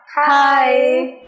Hi